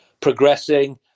progressing